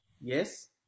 Yes